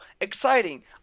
exciting